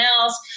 else